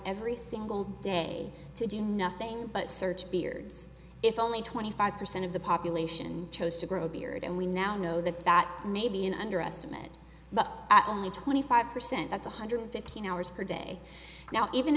every single day to do nothing but search beards if only twenty five percent of the population chose to grow a beard and we now know that that may be an underestimate but at only twenty five percent that's one hundred fifteen hours per day now even